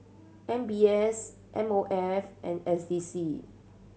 M B S M O F and S D C